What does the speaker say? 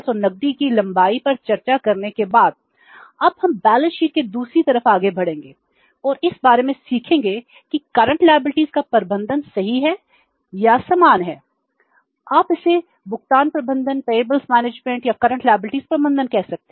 और अब current liabilities का प्रबंधन सही है या समान है